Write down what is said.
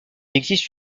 existe